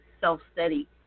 self-study